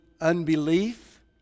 unbelief